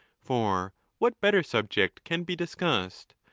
for what better subject can be discussed,